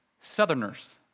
Southerners